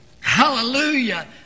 hallelujah